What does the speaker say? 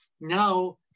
now